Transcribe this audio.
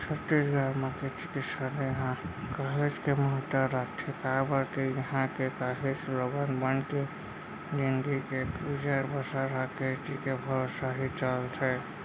छत्तीसगढ़ म खेती किसानी ह काहेच के महत्ता रखथे काबर के इहां के काहेच लोगन मन के जिनगी के गुजर बसर ह खेती के भरोसा ही चलथे